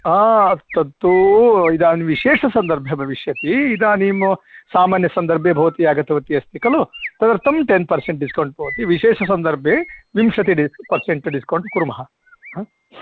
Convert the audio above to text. हा तत्तु इदानीं विशेषसन्दर्भे भविष्यति इदानीं सामान्यसन्दर्भे भवती आगतवती अस्ति खलु तदर्थं टेन् पर्सेण्ट् डिस्कौण्ट् भवति विशेषसन्दर्भे विंशति डिस् पर्सेण्ट् डिस्कौण्ट् कुर्मः